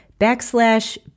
backslash